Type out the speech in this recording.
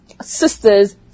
sisters